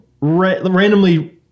randomly